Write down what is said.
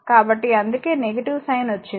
కాబట్టి అందుకే negative sign వచ్చింది